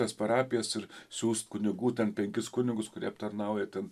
tas parapijas ir siųst kunigų ten penkis kunigus kurie aptarnauja ten